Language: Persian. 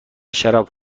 شراب